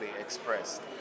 expressed